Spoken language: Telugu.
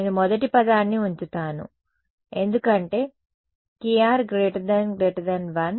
నేను మొదటి పదాన్ని ఉంచుతాను ఎందుకంటే kr 1